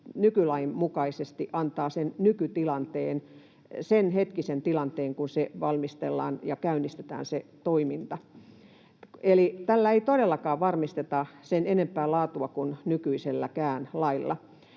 nykylain mukaisesti antaa senhetkisen tilanteen, kun se toiminta valmistellaan ja käynnistetään. Eli tällä ei todellakaan varmisteta sen enempää laatua kuin nykyiselläkään lailla.